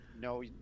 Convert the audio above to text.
No